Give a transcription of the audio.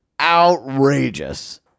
outrageous